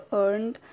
earned